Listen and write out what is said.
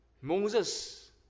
Moses